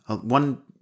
one